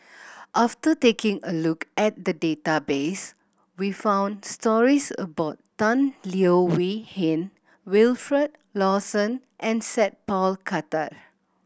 after taking a look at the database we found stories about Tan Leo Wee Hin Wilfed Lawson and Sat Pal Khattar